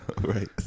Right